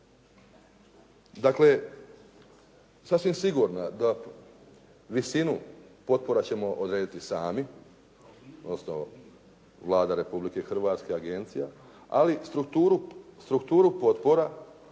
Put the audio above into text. Dakle, sasvim sigurno da visinu potpora ćemo odrediti sami, odnosno Vlada Republike Hrvatske i Agencija, ali strukturu potpora